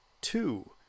two